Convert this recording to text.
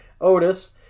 Otis